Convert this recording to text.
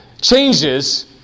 changes